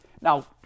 Now